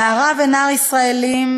נערה ונער ישראלים,